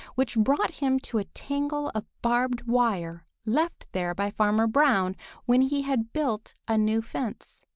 which brought him to a tangle of barbed wire left there by farmer brown when he had built a new fence.